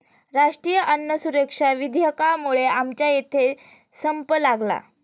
राष्ट्रीय अन्न सुरक्षा विधेयकामुळे आमच्या इथे संप लागला